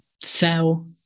sell